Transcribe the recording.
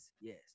yes